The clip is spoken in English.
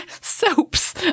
soaps